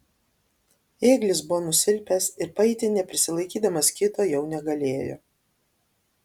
ėglis buvo nusilpęs ir paeiti neprisilaikydamas kito jau negalėjo